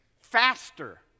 faster